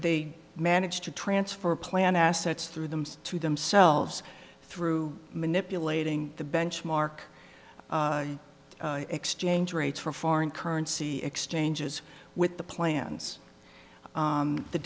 they managed to transfer plan assets through them's to themselves through manipulating the benchmark exchange rates for foreign currency exchanges with the plans